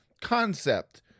concept